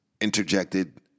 interjected